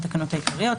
התקנות העיקריות),